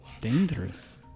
dangerous